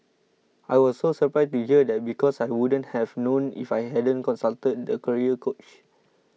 I was so surprised to hear that because I wouldn't have known if I hadn't consulted the career coach